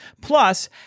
Plus